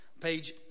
page